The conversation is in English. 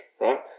right